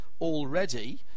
already